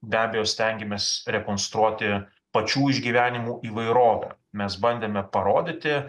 be abejo stengiamės rekonstruoti pačių išgyvenimų įvairovę mes bandėme parodyti